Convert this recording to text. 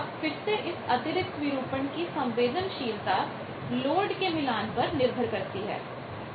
अब फिर से इस अतिरिक्त विरूपणdistortion डिस्टॉरशन की संवेदनशीलता लोड के मिलान पर निर्भर करती है